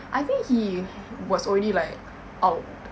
I think he was already like out